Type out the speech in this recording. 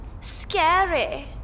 Scary